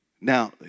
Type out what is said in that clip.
Now